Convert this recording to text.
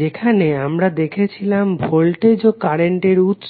যেখানে আমরা দেখেছিলাম ভোল্টেজ ও কারেন্টের উৎস